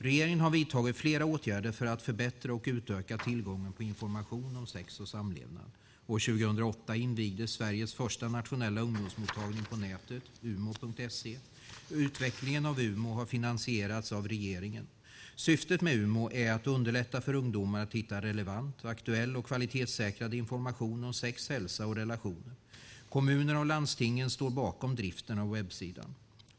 Regeringen har vidtagit flera åtgärder för att förbättra och utöka tillgången på information om sex och samlevnad. År 2008 invigdes Sveriges första nationella ungdomsmottagning på nätet, Umo.se. Utvecklingen av Umo har finansierats av regeringen. Syftet med Umo är att underlätta för ungdomar att hitta relevant, aktuell och kvalitetssäkrad information om sex, hälsa och relationer. Kommunerna och landstingen står bakom driften av webbsidan.